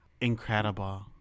incredible